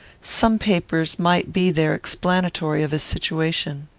some papers might be there explanatory of his situation.